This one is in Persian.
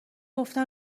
گفتم